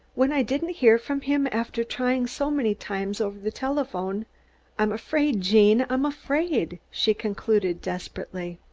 when i didn't hear from him after trying so many times over the telephone i'm afraid, gene, i'm afraid, she concluded desperately.